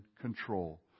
control